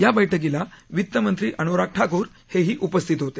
या बैठकीला वित्तमंत्री अनुराग ठाकूर हे ही उपस्थित होते